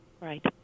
Right